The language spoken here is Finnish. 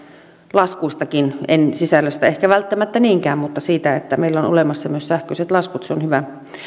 laskuistakin en sisällöstä ehkä välttämättä niinkään mutta siitä että meillä on olemassa myös sähköiset laskut se on hyvä